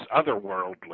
otherworldly